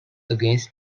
against